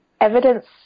Evidence